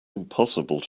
impossible